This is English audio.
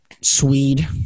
Swede